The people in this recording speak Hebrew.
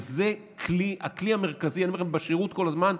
שזה הכלי המרכזי בשירות כל הזמן,